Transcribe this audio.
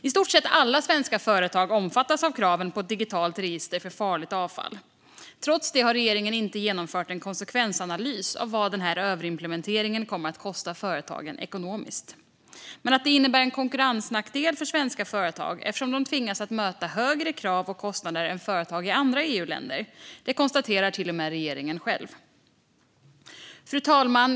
I stort sett alla svenska företag omfattas av kraven på ett digitalt register för farligt avfall. Trots detta har regeringen inte genomfört en konsekvensanalys av vad överimplementeringen kommer att kosta företagen ekonomiskt. Men att det innebär en konkurrensnackdel för svenska företag eftersom de tvingas möta högre krav och kostnader än företag i andra EU-länder konstaterar till och med regeringen själv. Fru talman!